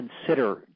consider